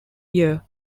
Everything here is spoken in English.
year